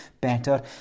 better